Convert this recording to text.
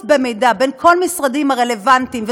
במידע בין כל המשרדים הרלוונטיים,